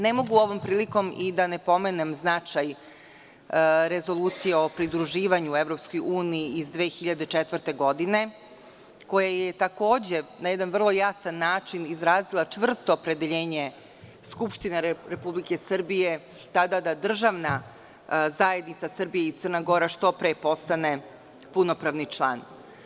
Ne mogu ovom prilikom da ne pomenem značaj Rezolucije o pridruživanju EU iz 2004. godine, koja je takođe na jedan vrlo jasan način izrazila čvrsto opredeljenje Skupštine Republike Srbije tada da državna zajednica Srbija i Crna Gora što pre postane punopravni član.